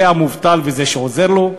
זה המובטל וזה שעוזר לו,